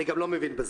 אני גם לא מבין בזה.